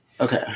Okay